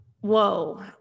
whoa